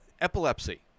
epilepsy